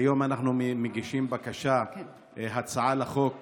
כיום אנחנו מגישים בקשה להצעת חוק